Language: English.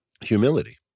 humility